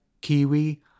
Kiwi